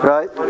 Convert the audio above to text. Right